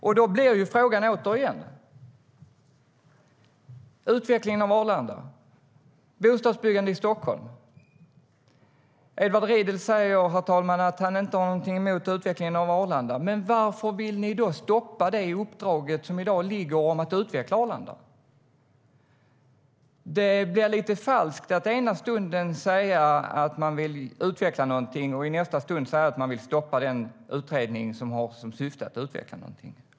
Då kommer vi tillbaka till utvecklingen av Arlanda och bostadsbyggande i Stockholm. Edward Riedl säger att han inte har någonting emot utvecklingen av Arlanda. Men varför vill ni då stoppa det uppdrag som i dag föreligger om att utveckla Arlanda? Det blir lite falskt att i ena stunden säga att man vill utveckla någonting och i nästa stund säga att man vill stoppa den utredning som har till syfte att utveckla någonting.